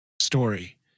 story